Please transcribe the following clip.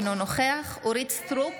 אינו נוכח אורית מלכה סטרוק,